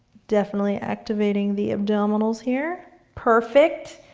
definitely activating the abdominals here. perfect,